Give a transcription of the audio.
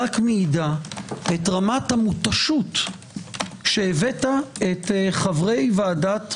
רק מעידה את רמת המותשות שהבאת את חברי ועדת החוקה,